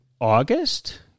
August